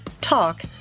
talk